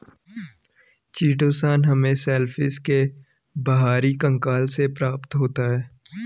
chitosan हमें shellfish के बाहरी कंकाल से प्राप्त होता है